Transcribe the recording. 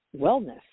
wellness